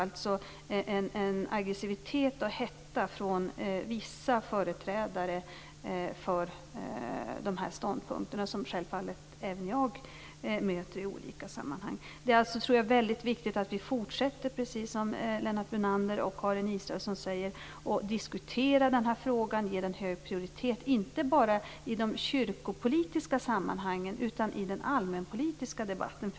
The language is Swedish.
Det kommer en aggressivitet och hetta från vissa företrädare för dessa ståndpunkter, som självfallet även jag möter i olika sammanhang. Jag tror att det är väldigt viktigt att vi fortsätter, precis som Lennart Brunander och Karin Israelsson säger, att diskutera denna fråga. Vi måste ge den hög prioritet inte bara i de kyrkopolitiska sammanhangen utan också i den allmänpolitiska debatten.